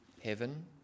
Heaven